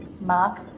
Mark